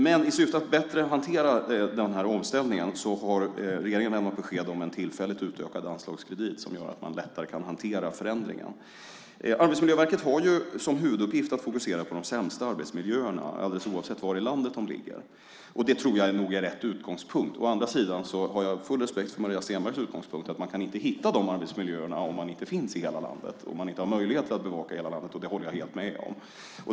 Men i syfte att bättre hantera omställningen har regeringen lämnat besked om en tillfälligt utökad anslagskredit som gör att man lättare kan hantera förändringen. Arbetsmiljöverket har som huvuduppgift att fokusera på de sämsta arbetsmiljöerna alldeles oavsett var i landet de ligger. Jag tror att det är rätt utgångspunkt. Å andra sidan har jag full respekt för Maria Stenbergs utgångspunkt; man kan inte hitta de arbetsmiljöerna om man inte finns i hela landet och om man inte har möjlighet att bevaka hela landet. Det håller jag helt med om.